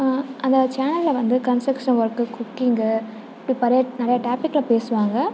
அந்த சேனலில் வந்து கன்ஸ்ட்ரெக்ஷன் ஒர்க்கு குக்கிங்கு அப்புறம் நிறையா டாப்பிக்கில் பேசுவாங்க